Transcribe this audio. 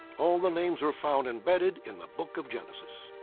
all the names were found embedded in the book of genesis.